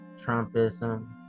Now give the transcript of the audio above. Trumpism